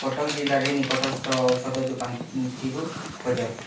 କଟକ ଜିଲ୍ଲାରେ ନିକଟସ୍ଥ ଔଷଧ ଦୋକାନଟିକୁ ଖୋଜ